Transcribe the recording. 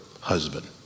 husband